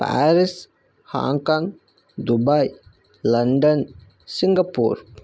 Paris Hong Kong Dubai London Singapore